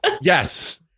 yes